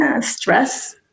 stress